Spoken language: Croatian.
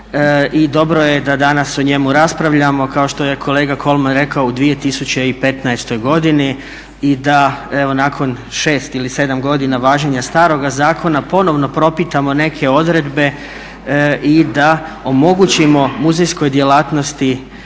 dobro je da danas o njemu raspravljamo kao što je kolega Kolman rekao u 2015.godini i da nakon evo 6 ili 7 godina važenja staroga zakona ponovo propitamo neke odredbe i da omogućimo muzejskoj djelatnosti